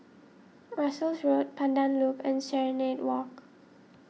Russels Road Pandan Loop and Serenade Walk